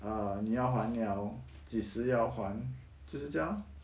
err 你要还 liao 几时要还就是这样咯